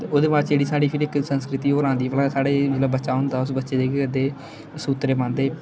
ते ओह्दे बाद च जेह्ड़ी साढ़ी फिर इक संस्कृति और औंदी भला साढ़े जेल्लै बच्चा होंदा उस बच्चे गी केह् करदे सुत्रे पांदे